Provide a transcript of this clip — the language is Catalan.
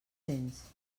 cents